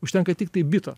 užtenka tiktai bito